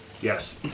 Yes